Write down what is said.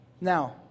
Now